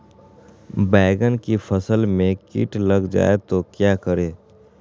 बैंगन की फसल में कीट लग जाए तो क्या करें?